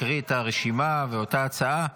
מקריא את הרשימה באותה הצעה.